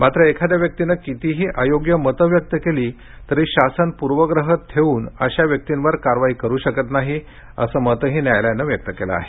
मात्र एखाद्या व्यक्तीनं कितीही अयोग्य मतं व्यक्त केली तरी शासन पूर्वग्रह ठेवून अशा व्यक्तींवर कारवाई करू शकत नाही असं मतही न्यायालयानं व्यक्त केलं आहे